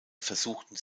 versuchten